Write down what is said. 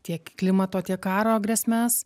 tiek klimato tiek karo grėsmes